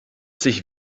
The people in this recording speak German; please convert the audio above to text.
sich